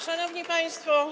Szanowni Państwo!